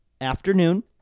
afternoon